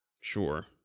sure